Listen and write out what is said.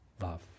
Love